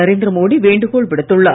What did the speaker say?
நரேந்திரமோடி வேண்டுகோள் விடுத்துள்ளார்